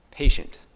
patient